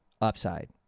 upside